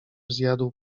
zjadł